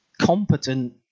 competent